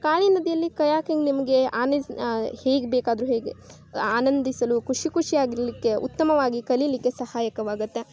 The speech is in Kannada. ಕಾಳಿ ನದಿಯಲ್ಲಿ ಕಯಾಕಿಂಗ್ ನಿಮಗೆ ಅನಿಸಿ ಹೀಗೆ ಬೇಕಾದ್ರೂ ಹೇಗೆ ಆನಂದಿಸಲು ಖುಷಿ ಖುಷಿಯಾಗಿರಲಿಕ್ಕೆ ಉತ್ತಮವಾಗಿ ಕಲೀಲಿಕ್ಕೆ ಸಹಾಯಕವಾಗುತ್ತೆ